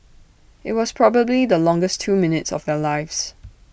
IT was probably the longest two minutes of their lives